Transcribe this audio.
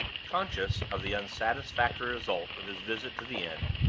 conscious of the unsatisfactory result of his visit to the inn,